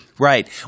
Right